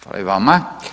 Hvala i vama.